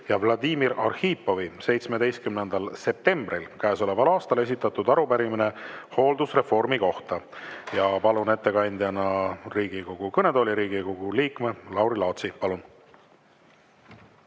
ja Vladimir Arhipovi 17. septembril käesoleval aastal esitatud arupärimine hooldusreformi kohta. Palun ettekandjana Riigikogu kõnetooli Riigikogu liikme Lauri Laatsi. Palun!